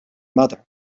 mother